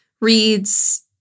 reads